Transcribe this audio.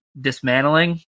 dismantling